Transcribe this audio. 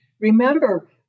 remember